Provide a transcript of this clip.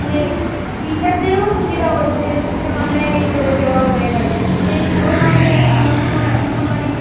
মানে টিচারদেরও সুবিধা হচ্ছে যে অনলাইনেই করে দেওয়া হয়ে গেল মানে এই কোরোনাতে মোহো মহামারীতে